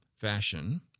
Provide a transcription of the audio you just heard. fashion